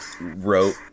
wrote